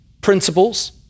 principles